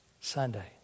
Sunday